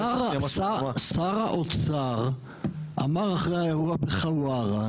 שר האוצר אמר אחרי האירוע בחווארה,